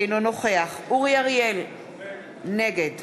אינו נוכח אורי אריאל, נגד